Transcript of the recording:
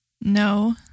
No